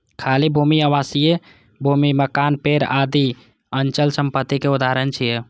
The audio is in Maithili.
खाली भूमि, आवासीय भूमि, मकान, पेड़ आदि अचल संपत्तिक उदाहरण छियै